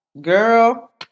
Girl